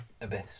Abyss